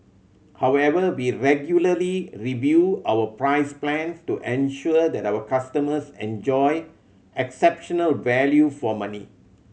however we regularly review our price plans to ensure that our customers enjoy exceptional value for money